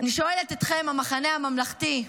אני שואלת אתכם, המחנה הממלכתי,